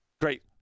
great